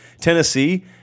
Tennessee